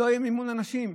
לא יהיה מימון לאנשים.